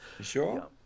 sure